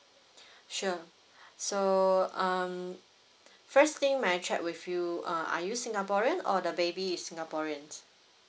sure so um first thing may I check with you uh are you singaporean or the baby is singaporeans